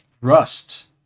Rust